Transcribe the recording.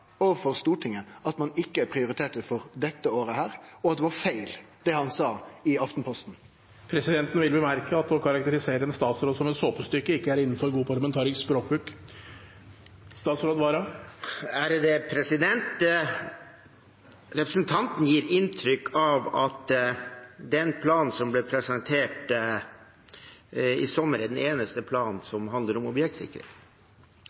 beklage overfor Stortinget at ein ikkje prioriterte det for dette året, og at det var feil det han sa i Aftenposten? Presidenten vil bemerke at å karakterisere en statsråd som et «såpestykke» ikke er innenfor god parlamentarisk språkbruk. Representanten gir inntrykk av at den planen som ble presentert i sommer, er den eneste planen